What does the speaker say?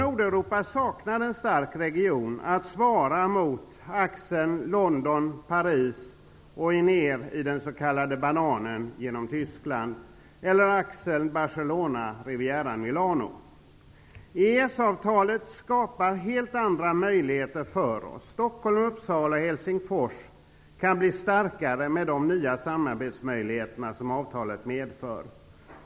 Nordeuropa saknar en stark region som motsvarar EES-avtalet skapar helt andra möjligheter för oss. Stockholm--Uppsala--Helsingfors kan bli starkare med de nya samarbetsmöjligheter som det nya avtalet medför.